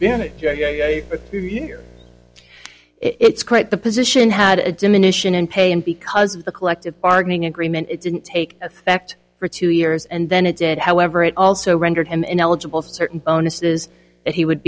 but it's quite the position had a diminishing in pay and because of the collective bargaining agreement it didn't take effect for two years and then it did however it also rendered him ineligible for certain bonuses that he would